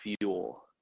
fuel